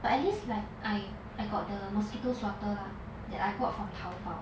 but at least like I I got the mosquitoes swatter lah that I got from 淘宝